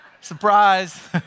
Surprise